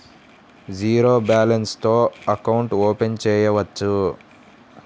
Zero balance తో account open చేయవచ్చు?